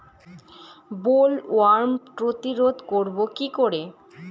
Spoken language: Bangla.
বোলওয়ার্ম প্রতিরোধ করব কি করে?